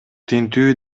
тинтүү